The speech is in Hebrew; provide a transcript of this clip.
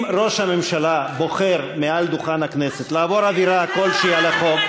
אם ראש הממשלה בוחר מעל דוכן הכנסת לעבור עבירה כלשהי על החוק,